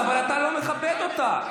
אבל אתה לא מכבד אותה.